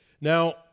Now